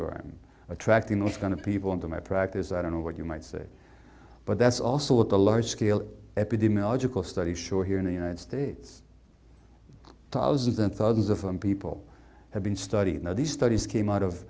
i'm attracting those kind of people into my practice i don't know what you might say but that's also what the large scale epidemiological study shore here in the united states thousands and thousands of them people have been studying these studies came out of